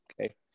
Okay